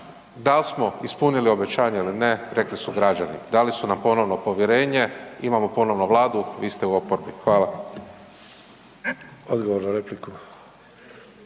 da li smo ispunili obećanja ili ne rekli su građani. Dali su nam ponovno povjerenje, imamo ponovno Vladu, vi ste u oporbi. Hvala.